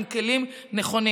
עם כלים נכונים.